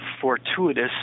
fortuitous